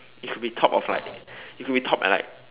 it could be top of like you could be top at like